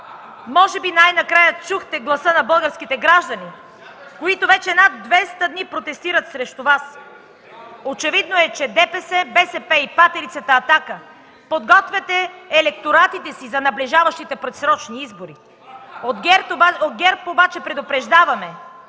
Може би най-накрая чухте гласа на българските граждани, които вече над 200 дни протестират срещу Вас? Очевидно е, че ДПС, БСП и патерицата „Атака“ подготвяте електоратите си за наближаващите предсрочни избори. (Смях от ДПС.) От ГЕРБ обаче предупреждаваме,